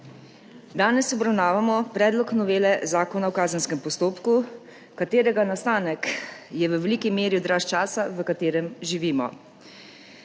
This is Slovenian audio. Danes obravnavamo predlog novele Zakona o kazenskem postopku, katerega nastanek je v veliki meri odraz časa, v katerem živimo.